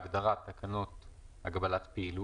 26 תהילהבתוקף סמכותה לפי סעיפים 4,